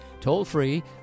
Toll-free